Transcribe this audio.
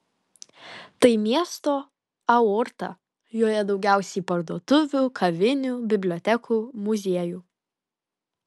tai miesto aorta joje daugiausiai parduotuvių kavinių bibliotekų muziejų